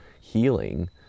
healing